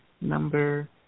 number